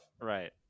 Right